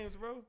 bro